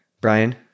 Brian